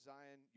Zion